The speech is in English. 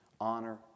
honor